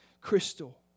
crystal